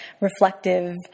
reflective